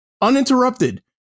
uninterrupted